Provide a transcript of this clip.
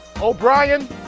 O'Brien